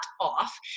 off